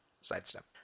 sidestep